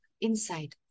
inside